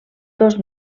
dos